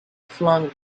flung